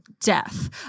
death